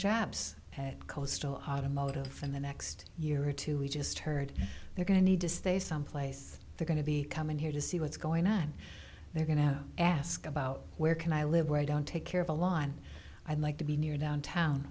jobs at coastal automotive and the next year or two we just heard they're going to need to stay someplace they're going to be coming here to see what's going on they're going to ask about where can i live where i don't take care of a line i like to be near downtown